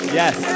yes